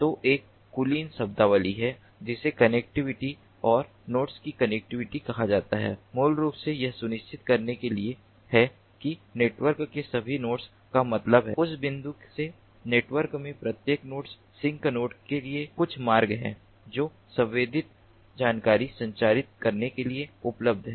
तो एक कुलीन शब्दावली है जिसे कनेक्टिविटी और नोड्स की कनेक्टिविटी कहा जाता है मूल रूप से यह सुनिश्चित करने के लिए है कि नेटवर्क के सभी नोड्स का मतलब है उस बिंदु से नेटवर्क में प्रत्येक नोड सिंक नोड के लिए कुछ मार्ग है जो संवेदित जानकारी संचारित करने के लिए उपलब्ध है